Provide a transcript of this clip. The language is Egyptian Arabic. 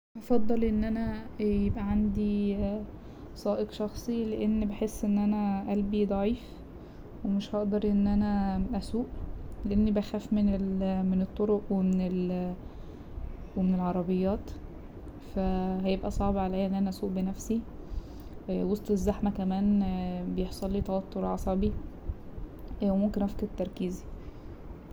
هفضل انا يبقى عندي سائق شخصي لأن بحس ان انا قلبي ضعيف ومش هقدر ان انا اسوق لأني بخاف من ال- من الطرق ومن ال- من العربيات فا هيبقى صعب عليا ان انا اسوق بنفسي وسط الزحمه كمان بيحصلي توتر عصبي وممكن افقد تركيزي.